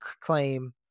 claim